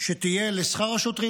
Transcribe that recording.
שתהיה לשכר השוטרים.